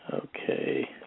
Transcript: Okay